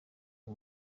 uyu